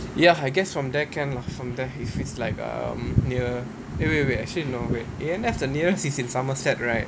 ya I guess from there can lah from there if it's like um near wait wait wait actually no wait A&F the nearest is in somerset right